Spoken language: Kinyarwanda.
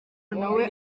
nawe